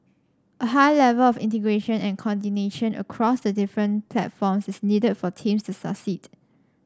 a high level of integration and coordination across the different platforms is needed for teams to succeed